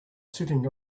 sitting